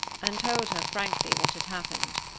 and told her frankly what had happened.